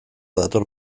dator